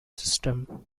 system